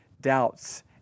doubts